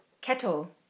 Kettle